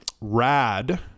Rad